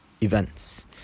Events